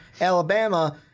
Alabama